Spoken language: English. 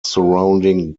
surrounding